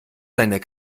deiner